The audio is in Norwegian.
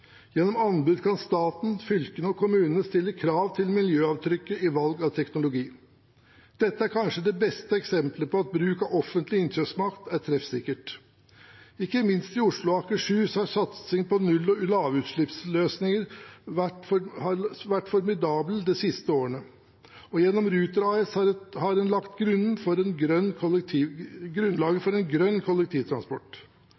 Gjennom anbud kan staten, fylkene og kommunene stille krav til miljøavtrykket i valg av teknologi. Dette er kanskje det beste eksemplet på at bruk av offentlig innkjøpsmakt er treffsikkert. Ikke minst i Oslo og Akershus har satsingen på null- og lavutslippsløsninger vært formidabel de siste årene, og gjennom Ruter AS har en lagt grunnen for en grønn